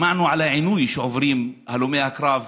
שמענו על העינוי שעוברים הלומי הקרב